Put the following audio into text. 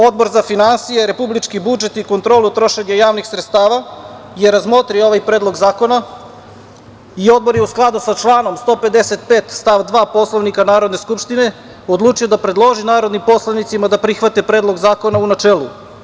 Odbor za finansije, republički budžet i kontrolu trošenja javnih sredstava, razmotrio je ovaj predlog zakona i Odbor je u skladu sa članom 155. stav 2. Poslovnika Narodne skupštine, odlučio da predloži narodnim poslanicima da prihvate predlog zakona u načelu.